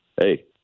hey